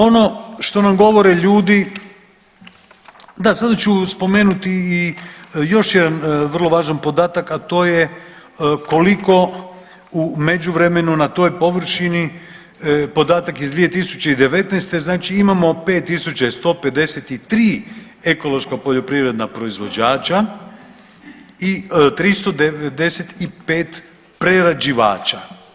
Ono što nam govore ljudi, da sada ću spomenuti i još jedan vrlo važan podatak a to je koliko u međuvremenu na toj površini podatak iz 2019. znači imamo 5 tisuća i 153 ekološka poljoprivredna proizvođača i 395 prerađivača.